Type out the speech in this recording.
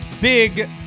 big